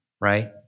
right